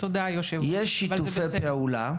יש שיתופי פעולה,